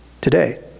today